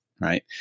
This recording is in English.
right